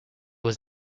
was